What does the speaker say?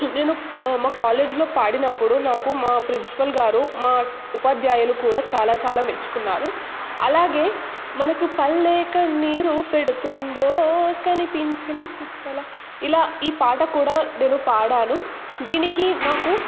నేను మా కాలేజీలో పాడినప్పుడు నాకు మా ప్రిన్సిపల్ గారు మా ఉపాధ్యాయులు కూడా చాలా చాలా మెచ్చుకున్నారు అలాగే మనకు పల్లె కన్నీరు పెడుతుందో కనిపించని కుట్రల ఇలా ఈ పాట కూడా నేను పాడాను దీనికి మాకు